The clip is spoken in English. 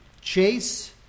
chase